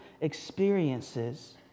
experiences